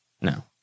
no